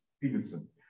Stevenson